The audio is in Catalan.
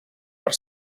per